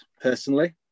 personally